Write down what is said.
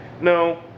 No